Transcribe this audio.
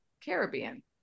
Caribbean